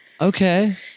okay